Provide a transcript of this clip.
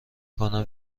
کنم